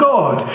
God